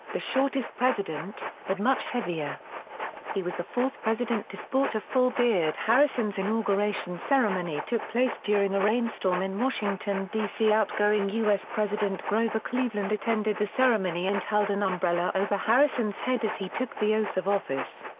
the shortest president, but much heavier he was the fourth president to sport a full beard harrison's inauguration ceremony took place during a rainstorm in washington d c. outgoing u s. president grover cleveland attended the ceremony and held an umbrella over harrison's head as he took the oath of office.